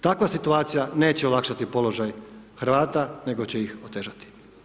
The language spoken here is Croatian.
Takva situacija neće olakšati položaj Hrvata, nego će ih otežati.